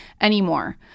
anymore